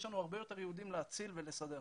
יש לנו הרבה יותר יהודים להציל ולסדר.